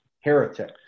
heretic